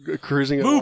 cruising